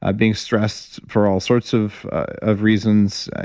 ah being stressed for all sorts of of reasons,